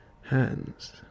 hands